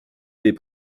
des